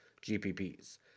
GPPs